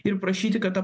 ir prašyti kad ta